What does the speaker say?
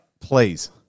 Please